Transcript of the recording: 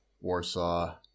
Warsaw